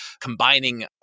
combining